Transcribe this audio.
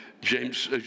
James